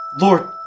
Lord